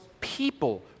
people